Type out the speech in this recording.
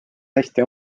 hästi